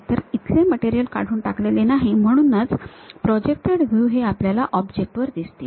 तर इथले मटेरियल काढून टाकलेले नाही आणि म्हणूनच प्रोजेक्टेड व्ह्यू हे आपल्याला ऑब्जेक्ट वर दिसतील